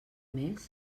més